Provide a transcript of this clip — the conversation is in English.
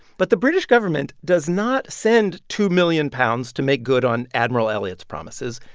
but the british government does not send two million pounds to make good on admiral elliot's promises.